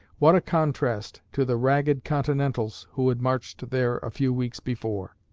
what a contrast to the ragged continentals who had marched there a few weeks before!